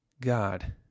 God